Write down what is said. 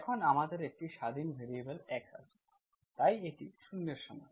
এখন আমাদের একটি স্বাধীন ভ্যারিয়েবল x আছে তাই এটি 0 এর সমান